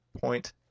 point